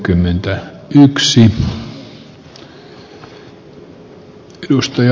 arvoisa herra puhemies